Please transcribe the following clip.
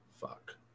Fuck